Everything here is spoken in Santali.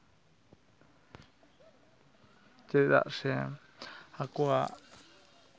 ᱪᱮᱫᱟᱜ ᱥᱮ ᱟᱠᱚᱣᱟᱜ